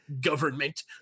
government